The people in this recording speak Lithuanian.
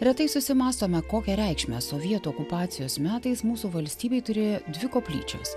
retai susimąstome kokią reikšmę sovietų okupacijos metais mūsų valstybei turėjo dvi koplyčios